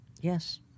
Yes